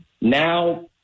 Now